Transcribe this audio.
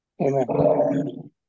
Amen